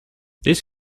these